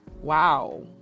wow